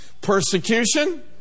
Persecution